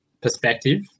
perspective